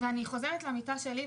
אני חוזרת למיטה שלי,